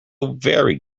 very